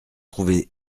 trouvée